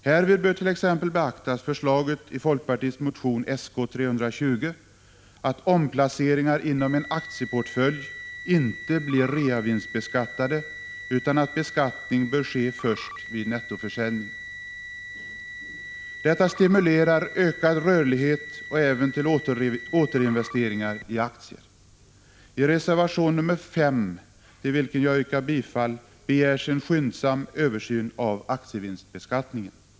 Härvid bör t.ex. beaktas förslaget i folkpartiets motion Sk320 att omplaceringar inom en aktieportfölj inte blir reavinstbeskattade, utan att beskattning bör ske först vid nettoförsäljning. Detta stimulerar till ökad rörlighet och även till återinvesteringar i aktier. I reservation nr 5, till vilken jag yrkar bifall, begärs en skyndsam översyn av aktievinstbeskattningen.